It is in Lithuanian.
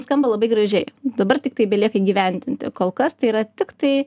skamba labai gražiai dabar tiktai belieka įgyvendinti kol kas tai yra tiktai